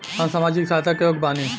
हम सामाजिक सहायता के योग्य बानी?